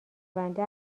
بنده